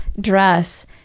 dress